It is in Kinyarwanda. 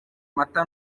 amata